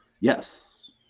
yes